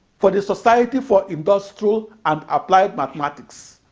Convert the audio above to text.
for the society for industrial and applied mathematics.